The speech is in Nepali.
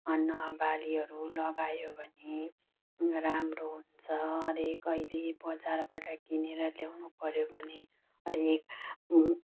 अन्न बालीहरू लगायो भने राम्रो हुन्छ हरे कहिले बजारबाट किनेर ल्याउनु पऱ्यो भने हरएक